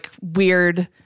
weird